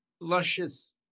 luscious